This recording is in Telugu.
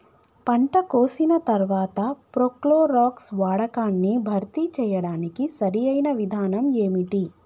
పంట కోసిన తర్వాత ప్రోక్లోరాక్స్ వాడకాన్ని భర్తీ చేయడానికి సరియైన విధానం ఏమిటి?